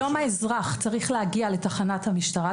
היום האזרח צריך להגיע לתחנת המשטרה,